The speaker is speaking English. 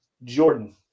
Jordan